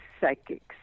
psychics